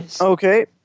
Okay